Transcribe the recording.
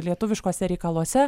lietuviškuose reikaluose